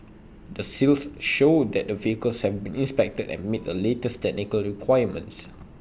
the seals show that the vehicles have been inspected and meet the latest technical requirements